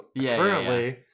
currently